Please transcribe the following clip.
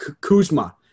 Kuzma